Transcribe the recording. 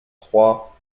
trois